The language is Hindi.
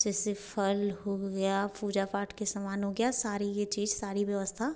जैसे फल हो गया पूजा पाठ का सामान हो गया सारी ये चीज सारी व्यवस्था